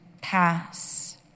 pass